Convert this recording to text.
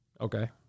okay